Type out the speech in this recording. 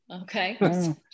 Okay